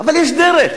אבל יש דרך,